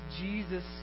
Jesus